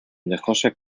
dejóse